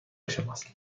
شماست